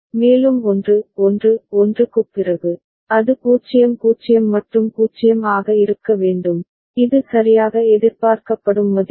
மேலும் 1 1 1 க்குப் பிறகு அது 0 0 மற்றும் 0 ஆக இருக்க வேண்டும் இது சரியாக எதிர்பார்க்கப்படும் மதிப்பு